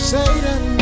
Satan